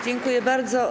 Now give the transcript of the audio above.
Dziękuję bardzo.